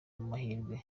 amahirwe